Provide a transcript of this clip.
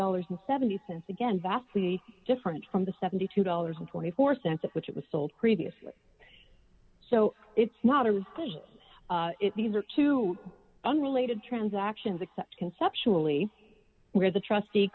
dollars seventy cents again vastly different from the seventy two dollars twenty four cents of which it was sold previously so it's not a risk that these are two unrelated transactions except conceptually where the trustee